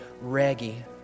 Reggie